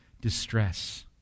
distress